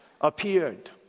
appeared